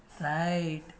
Right